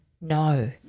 no